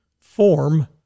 Form